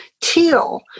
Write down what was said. teal